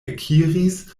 ekiris